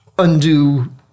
Undo